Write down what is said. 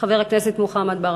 חבר הכנסת מוחמד ברכה.